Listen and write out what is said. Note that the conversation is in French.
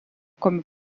comme